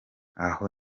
aho